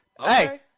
Hey